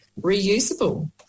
reusable